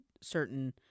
certain